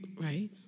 right